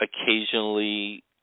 occasionally